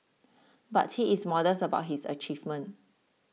but he is modest about his achievement